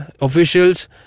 officials